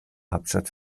hauptstadt